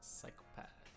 psychopath